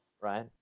Right